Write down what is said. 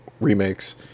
remakes